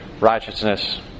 righteousness